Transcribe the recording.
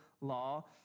law